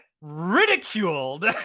ridiculed